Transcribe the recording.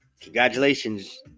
Congratulations